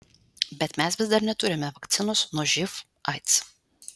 bet mes vis dar neturime vakcinos nuo živ aids